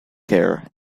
care